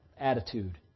attitude